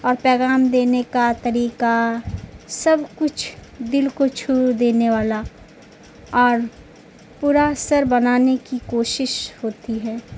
اور پیغام دینے کا طریقہ سب کچھ دل کو چھو دینے والا اور پور اثر بنانے کی کوشش ہوتی ہے